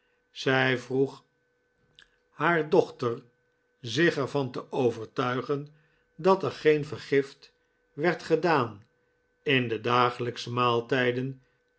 zij vroeg haar dochter zich er van te overtuigen dat er geen vergift werd gedaan in de dagelijksche maaltijden